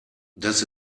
das